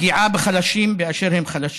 פגיעה בחלשים באשר הם חלשים.